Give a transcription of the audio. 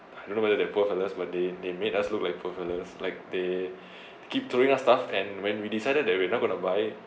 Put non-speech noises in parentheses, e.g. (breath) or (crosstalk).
I don't know whether that poor fellows but they they made us look like poor fellows like they (breath) keep throwing us stuff and when we decided that we not going to buy it